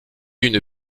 une